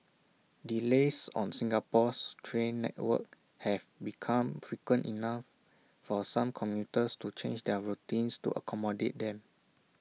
delays on Singapore's train network have become frequent enough for some commuters to change their routines to accommodate them